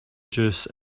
juice